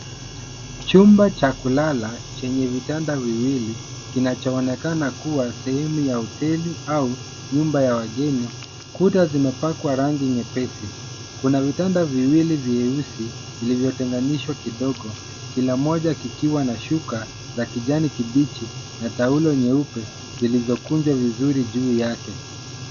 Chumba cha kulala chenye vitanda viwili kiachoonekana kuwa sehemu ya hoteli au nyumba ya wageni. Kuta zimepakwa rangi nyepesi. Kuna vitanda viwili vyeusi vilivyotenganishwa kidogo, kila moja kikiwa na shuka ya kijani kibichi na taulo nyeupe zilizokunjwa vizuri juu yake.